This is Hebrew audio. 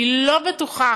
אני לא בטוחה